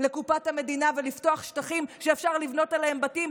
לקופת המדינה ולפתוח שטחים שאפשר לבנות עליהם בתים,